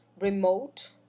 remote